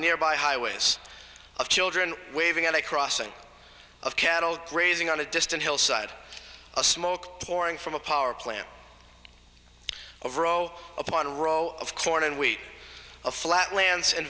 nearby highways of children waving at a crossing of cattle grazing on a distant hillside a smoke pouring from a power plant over zero upon roll of corn and wheat a flat lands and